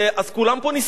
אז כולם פה נסחפים,